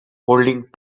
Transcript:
holding